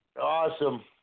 Awesome